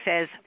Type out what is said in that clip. says